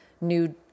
new